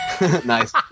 nice